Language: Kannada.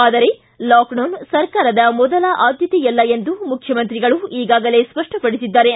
ಆದರೆ ಲಾಕ್ಡೌನ್ ಸರ್ಕಾರದ ಮೊದಲ ಅದ್ಯತೆಯಲ್ಲ ಎಂದು ಮುಖ್ಯಮಂತ್ರಿಗಳು ಈಗಾಗಲೇ ಸ್ಪಷ್ಟಪಡಿಸಿದ್ದಾರೆ